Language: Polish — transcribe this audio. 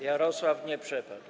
Jarosław nie przepadł.